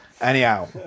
Anyhow